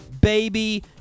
baby